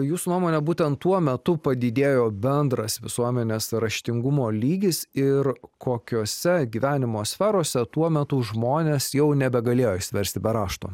jūsų nuomone būtent tuo metu padidėjo bendras visuomenės raštingumo lygis ir kokiose gyvenimo sferose tuo metu žmonės jau nebegalėjo išsiversti be rašto